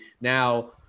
Now